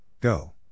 go